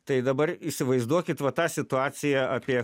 tai dabar įsivaizduokit va tą situaciją apie